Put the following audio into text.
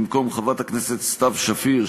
במקום חברת הכנסת סתיו שפיר,